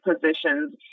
positions